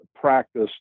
practice